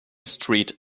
street